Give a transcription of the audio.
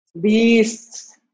Beasts